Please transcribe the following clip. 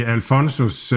Alfonsos